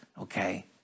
okay